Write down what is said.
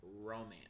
romance